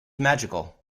magical